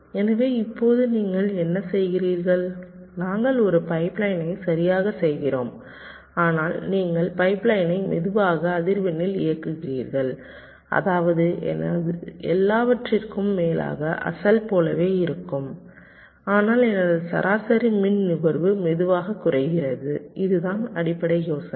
எனவே இப்போது நீங்கள் என்ன செய்கிறீர்கள் நாங்கள் ஒரு பைப்லைனை சரியாகச் செய்கிறோம் ஆனால் நீங்கள் பைப்லைனை மெதுவான அதிர்வெண்ணில் இயக்குகிறீர்கள் அதாவது எனது எல்லாவற்றிற்கும் மேலாக அசல் போலவே இருக்கும் ஆனால் எனது சராசரி மின் நுகர்வு வெகுவாகக் குறைகிறது இதுதான் அடிப்படை யோசனை